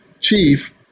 chief